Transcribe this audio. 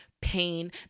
pain